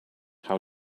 how